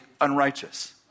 unrighteous